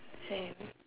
say